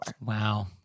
Wow